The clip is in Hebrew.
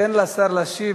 תן לשר להשיב